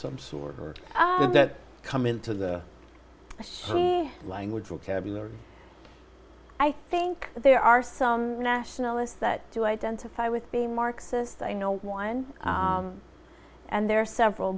some sort or did that come into the c language will i think there are some nationalists that you identify with the marxist i know one and there are several